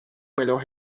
melhor